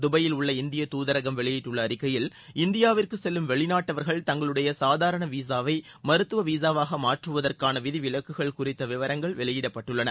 தபாயில் உள்ள இந்திய தூதரகம் வெளியிட்டுள்ள அழிக்கையில் இந்தியாவிற்கு செல்லும் வெளிநாட்டவர்கள் தங்களுடைய சாதாரண விசாவை மருத்துவ விசாவாக மாற்றுவதற்கான விதிவிலக்குகள் குறித்த விவரங்கள் வெளியிடப்பட்டுள்ளன